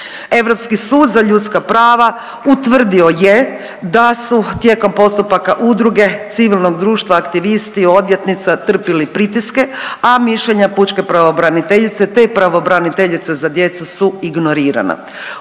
Europski sud za ljudska prava utvrdio je da su tijekom postupaka udruge civilnog društva, aktivisti i odvjetnici trpili pritiske, a mišljenja pučke pravobraniteljice, te pravobraniteljice za djecu su ignorirana